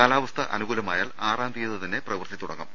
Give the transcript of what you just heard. കാലാവസ്ഥ അനുകൂലമായാൽ ആറാം തിയ്യതി തന്നെ പ്രവൃത്തി തുടങ്ങും